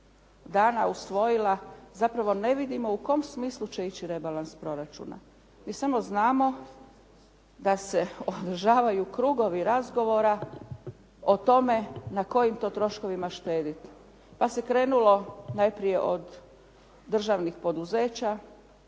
dana usvojila zapravo ne vidimo u kojem smislu će ići rebalans proračuna. Mi samo znamo da se održavaju krugovi razgovora o tome na kojim to troškovima štedjeti. Pa se krenulo najprije od državnih poduzeća